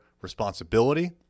responsibility